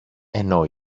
ενώ